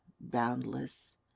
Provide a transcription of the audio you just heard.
boundless